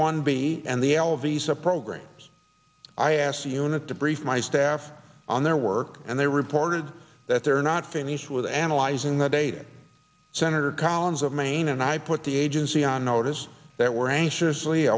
one b and the l of these a program i asked the unit to brief my staff on their work and they reported that they're not finished with analyzing the data senator collins of maine and i put the agency on notice that we're anxiously